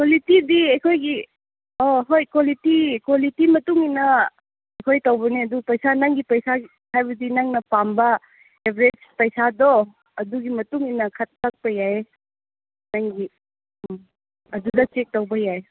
ꯀ꯭ꯋꯥꯂꯤꯇꯤꯗꯤ ꯑꯩꯈꯣꯏꯒꯤ ꯑꯥ ꯍꯣꯏ ꯀ꯭ꯋꯥꯂꯤꯇꯤ ꯀ꯭ꯋꯥꯂꯤꯇꯤ ꯃꯇꯨꯡ ꯏꯟꯅ ꯑꯩꯈꯣꯏ ꯇꯧꯕꯅꯦ ꯑꯗꯨ ꯄꯩꯁꯥ ꯅꯪꯒꯤ ꯄꯩꯁꯥ ꯍꯥꯏꯕꯗꯤ ꯅꯪꯅ ꯄꯥꯝꯕ ꯑꯦꯕꯔꯦꯁ ꯄꯩꯁꯥꯗꯣ ꯑꯗꯨꯒꯤ ꯃꯇꯨꯡ ꯏꯟꯅ ꯈꯛ ꯀꯛꯄ ꯌꯥꯏꯌꯦ ꯅꯪꯒꯤ ꯎꯝ ꯑꯗꯨꯗ ꯆꯦꯛ ꯇꯧꯕ ꯌꯥꯏ